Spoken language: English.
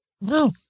No